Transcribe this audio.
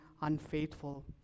unfaithful